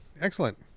Excellent